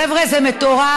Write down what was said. חבר'ה, זה מטורף.